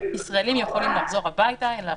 לפחות ישראלים יכולים לחזור לישראל.